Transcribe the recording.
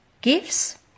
gifts